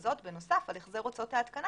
וזאת בנוסף על החזר הוצאות ההתקנה